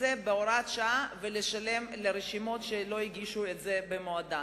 זה בהוראת שעה ולשלם לרשימות שלא הגישו את זה במועד.